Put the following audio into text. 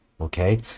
okay